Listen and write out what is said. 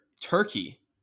Turkey